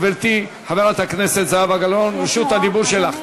גברתי חברת הכנסת זהבה גלאון, רשות הדיבור שלך.